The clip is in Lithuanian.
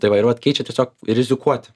tai va ir vat keičia tiesiog rizikuoti